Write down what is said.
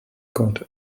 god